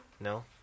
No